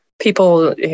people